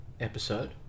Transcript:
Episode